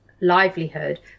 Livelihood